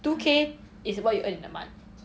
two K is what you earn in a month